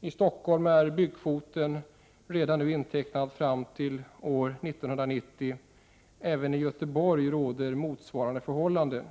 I Stockholm är byggkvoten redan nu intecknad fram till år 1990. Även i Göteborg råder motsvarande förhållande.